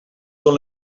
són